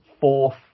fourth